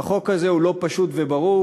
והחוק הזה הוא לא פשוט וברור,